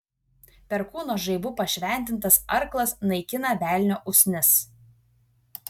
perkūno žaibu pašventintas arklas naikina velnio usnis